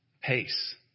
pace